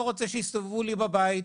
לא רוצה שיסתובבו לי בבית,